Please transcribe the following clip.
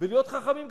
ולהיות חכמים גדולים,